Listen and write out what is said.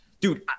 dude